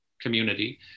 community